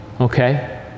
okay